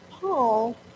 Paul